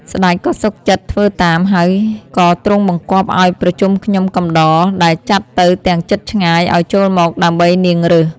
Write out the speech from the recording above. ស្តេចក៏សុខចិត្តធ្វើតាម ហើយក៏ទ្រង់បង្គាប់ឲ្យប្រជុំខ្ញុំ កំដរ ដែលចាត់ទៅទាំងជិតឆ្ងាយ ឲ្យចូលមកដើម្បីនាងរើស ។